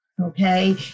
Okay